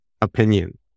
opinion